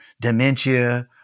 dementia